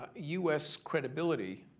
u s. credibility